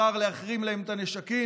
בחר להחרים להם את הנשקים,